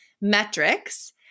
metrics